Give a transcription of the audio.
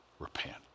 Repent